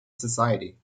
society